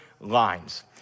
Lines